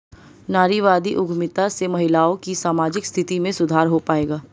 नारीवादी उद्यमिता से महिलाओं की सामाजिक स्थिति में सुधार हो पाएगा?